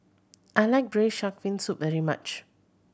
I like Braised Shark Fin Soup very much